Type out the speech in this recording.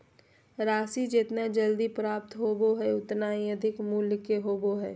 राशि जितना जल्दी प्राप्त होबो हइ उतना ही अधिक मूल्य के होबो हइ